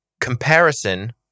comparison